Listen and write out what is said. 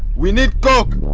we need coke.